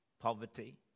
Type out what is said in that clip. poverty